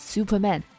，Superman，